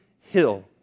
hill